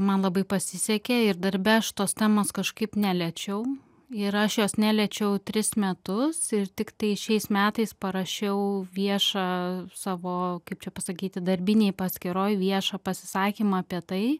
man labai pasisekė ir darbe aš tos temos kažkaip neliečiau ir aš jos neliečiau tris metus ir tiktai šiais metais parašiau viešą savo kaip čia pasakyti darbinėj paskyroj viešą pasisakymą apie tai